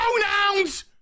Pronouns